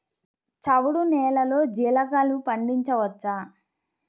చవుడు నేలలో జీలగలు పండించవచ్చా?